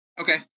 Okay